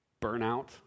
Burnout